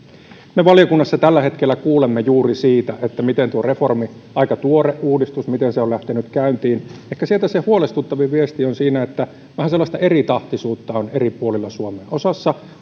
me valiokunnassa tällä hetkellä kuulemme juuri siitä miten tuo reformi aika tuore uudistus on lähtenyt käyntiin ehkä se huolestuttavin viesti sieltä on se että vähän sellaista eritahtisuutta on eri puolilla suomea osassa